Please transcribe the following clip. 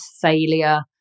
failure